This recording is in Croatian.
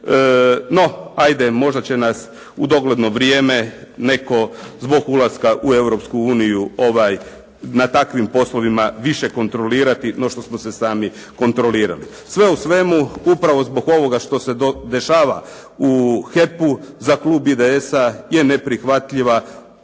No, možda će nas u dogledno vrijeme netko zbog ulaska u Europsku uniju na takvim poslovima više kontrolirati no što smo se sami kontrolirati. Sve u svemu upravo zbog ovoga što se dešava u HEP-u za klub IDS-a je neprihvatljiva